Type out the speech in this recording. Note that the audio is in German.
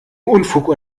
unfug